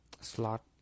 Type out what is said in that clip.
slot